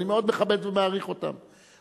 ואני מאוד מכבד ומעריך אותם,